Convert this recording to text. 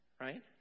right